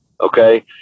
okay